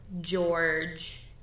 George